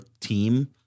team